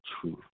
truth